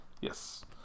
yes